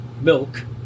milk